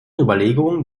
überlegungen